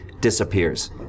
disappears